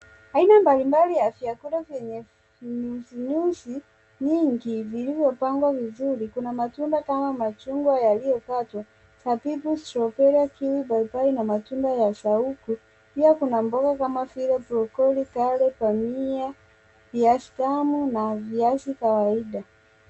Aina mbalimbali ya vyakula vyenye vinyuzinyuzi nyingi vilivyopangwa vizuri kuna matunda kama machungwa yaliyokatwa, sabibu, strawberia, kiwi, paipai na matunda ya saubu pia kuna mboga kama vile brokoli, karoti, tania, viazi tamu na viazi kawaida.